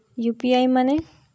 UPI माने?